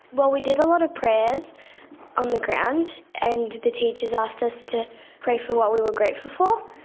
well, we did a lot of prayers on the ground and the teachers asked us to pray for what we were grateful